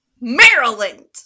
Maryland